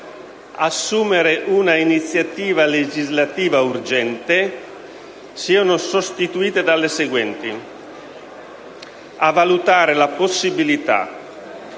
«assumere una iniziativa legislativa urgente volta a» siano sostituite dalle seguenti: «valutare la possibilita,